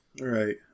Right